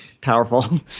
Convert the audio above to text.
powerful